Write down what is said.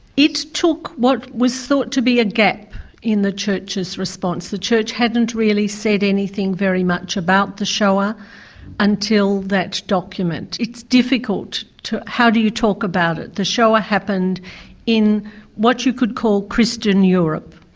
it took what was thought to be a gap in the church's response. the church hadn't really said anything very much about the shoah until that document. it's difficult to, how do you talk about it? the shoah happened in what you could call christian europe.